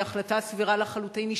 היא החלטה סבירה לחלוטין,